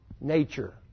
nature